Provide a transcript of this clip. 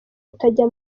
utajya